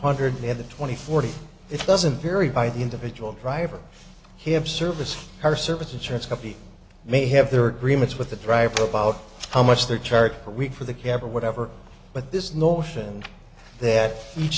hundred the other twenty forty it doesn't vary by the individual driver him service or service insurance company may have their agreements with the driver about how much they charge per week for the cab or whatever but this notion that each